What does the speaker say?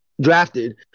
drafted